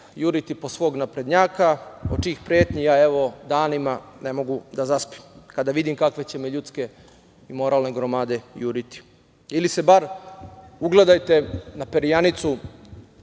juriti po svog naprednjaka, od čijih pretnji ja, evo, danima ne mogu da zaspim, kada vidim kakve će me ljudske i moralne gromade juriti. Ili se bar ugledajte na perjanicu